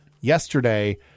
yesterday